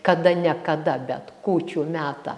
kada ne kada bet kūčių metą